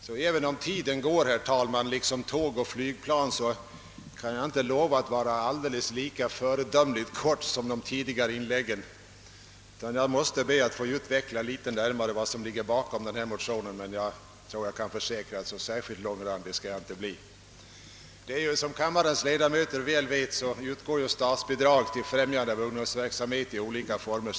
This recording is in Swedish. Och även om tiden går, herr talman, liksom tåg och flygplan, kan jag inte lova att fatta mig lika föredömligt kort som de närmast föregående talarna utan måste be att något närmare få utveckla vad som ligger bakom motionen II: 682. Så särskilt långrandig skall jag emellertid inte bli. Som kammarens ledamöter väl vet utgår sedan år 1954 statsbidrag till främjande av ungdomsverksamhet i olika former.